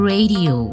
Radio